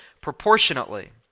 proportionately